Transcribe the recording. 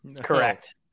Correct